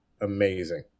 amazing